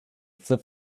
flips